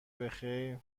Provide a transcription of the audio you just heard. بخیر